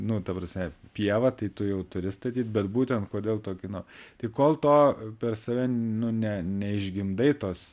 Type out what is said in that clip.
nu ta prasme pieva tai tu jau turi statyt bet būtent kodėl tokį nu tai kol to per save nu ne neišgimdai tos